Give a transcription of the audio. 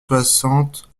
soixante